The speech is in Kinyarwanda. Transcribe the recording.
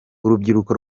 urubyiruko